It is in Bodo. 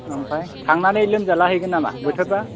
ओमफ्राइ थांनानै लोमजाला हैगोन नामा बोथोरफ्रा